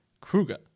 Kruger